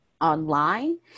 online